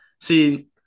See